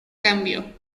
cambio